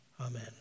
Amen